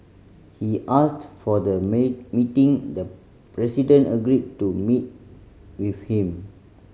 he asked for the meeting the president agreed to meet with him